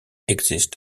exist